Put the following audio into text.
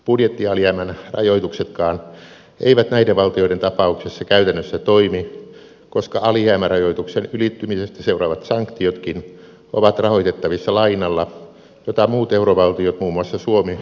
budjettialijäämän rajoituksetkaan eivät näiden valtioiden tapauksessa käytännössä toimi koska alijäämärajoituksen ylittymisestä seuraavat sanktiotkin ovat rahoitettavissa lainalla jota muut eurovaltiot muun muassa suomi ovat takaamassa